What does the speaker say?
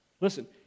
Listen